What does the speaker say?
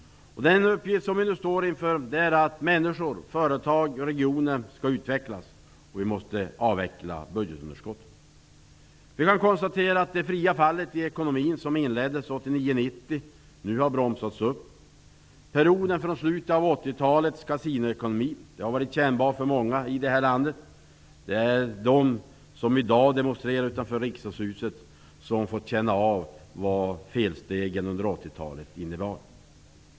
Den uppgift som vi nu står inför är att människor, företag och regioner skall utvecklas. Budgetunderskottet måste avvecklas. Vi kan konstatera att det fria fallet i ekonomin som inleddes 89/90 nu har bromsats. Effekterna av kasinoekonomin i slutet av 80-talet har varit kännbara för många i landet. De som i dag demonstrerar utanför riksdagshuset har fått känna av följderna av felstegen under 80-talet.